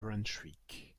brunswick